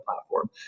platform